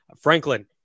Franklin